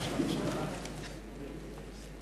(הישיבה נפסקה בשעה 18:54 ונתחדשה בשעה 18:55.)